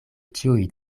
ĉiuj